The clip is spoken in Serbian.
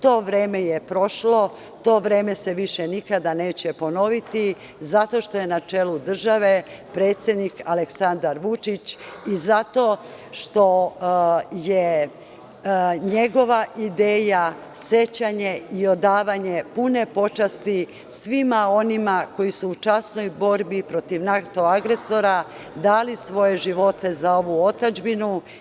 To vreme je prošlo, to vreme se više nikada neće ponoviti zato što je na čelu države predsednik Aleksandar Vučić i zato što je njegova ideja sećanje i odavanje pune počasti svima onima koji su u časnoj borbi protiv NATO agresora dali svoje živote za svoju otadžbinu.